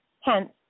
Hence